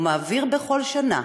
שהוא מעביר בכל שנה